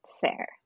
fair